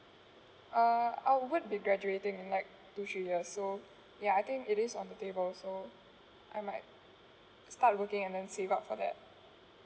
uh I would be graduating in like two three years so ya I think it is on the table so I might start working and then save up for that